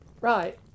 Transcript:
Right